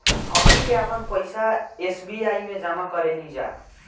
हमनी के आपन पइसा एस.बी.आई में जामा करेनिजा